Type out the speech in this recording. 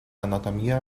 anatomía